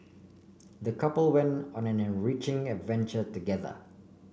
the couple went on an enriching adventure together